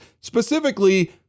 Specifically